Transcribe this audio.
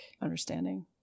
understanding